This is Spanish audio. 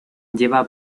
lleva